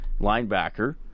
linebacker